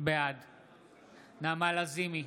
בעד נעמה לזימי,